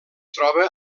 troba